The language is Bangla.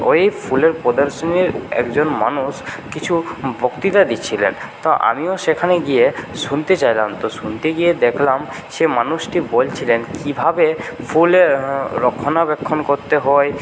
এই ফুলের প্রদর্শনীর একজন মানুষ কিছু বক্তৃতা দিচ্ছিলেন তো আমিও সেখানে গিয়ে শুনতে চাইলাম তো শুনতে গিয়ে দেখলাম সেই মানুষটি বলছিলেন কী ভাবে ফুলের রক্ষণাবেক্ষণ করতে হয়